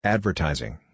Advertising